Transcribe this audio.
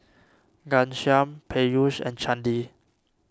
Ghanshyam Peyush and Chandi